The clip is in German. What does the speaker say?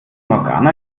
morgana